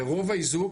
ורוב האיזוק,